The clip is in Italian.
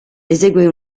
esegue